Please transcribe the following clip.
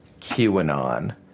QAnon